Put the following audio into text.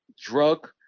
drug